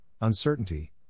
uncertainty